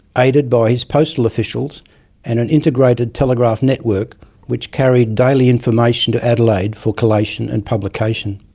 aided by his postal officials and an integrated telegraph network which carried daily information to adelaide for collation and publication.